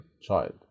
child